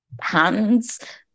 hands